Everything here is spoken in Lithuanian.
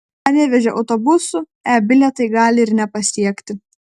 panevėžio autobusų e bilietai gali ir nepasiekti